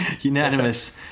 Unanimous